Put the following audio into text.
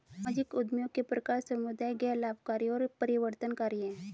सामाजिक उद्यमियों के प्रकार समुदाय, गैर लाभकारी और परिवर्तनकारी हैं